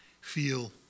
feel